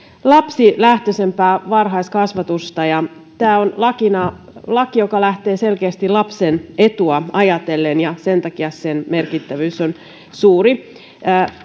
lapsilähtöisempää varhaiskasvatusta tämä on laki joka lähtee selkeästi lapsen etua ajatellen ja sen takia sen merkittävyys on suuri